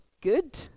good